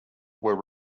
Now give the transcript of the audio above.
were